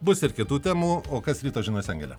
bus ir kitų temų o kas ryto žiniose angele